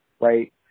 right